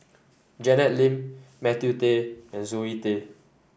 Janet Lim Matthew Tap and Zoe Tay